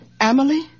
Emily